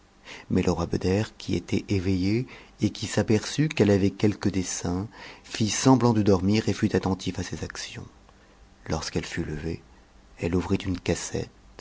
mais le roi beder qui était éveillé et qui s'aperçut qu'elle avait quelque dessein fit semblant de dormir et fut attentif à ses actions lorsqu'elle fut levée elle ouvrit une cassette